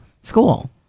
school